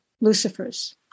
lucifers